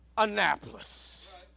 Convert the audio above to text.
Annapolis